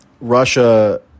Russia